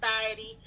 society